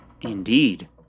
Indeed